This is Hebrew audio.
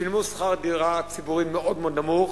שילמו שכר דירה מאוד מאוד נמוך,